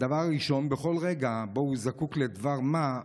1. בכל רגע שבו הוא זקוק לדבר מה,